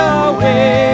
away